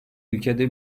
ülkede